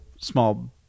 small